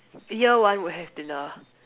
year one would have been a